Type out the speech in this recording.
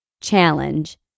Challenge